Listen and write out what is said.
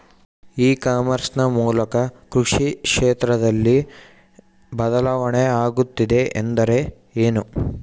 E commerce ನ ಮೂಲಕ ಕೃಷಿ ಕ್ಷೇತ್ರದಲ್ಲಿ ಬದಲಾವಣೆ ಆಗುತ್ತಿದೆ ಎಂದರೆ ಏನು?